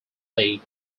league